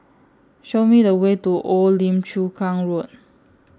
Show Me The Way to Old Lim Chu Kang Road